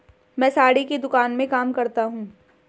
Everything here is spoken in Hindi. मैं साड़ी की दुकान में काम करता हूं